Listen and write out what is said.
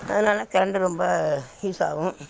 அதனால கரண்ட்டு ரொம்ப யூஸாகும்